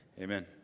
Amen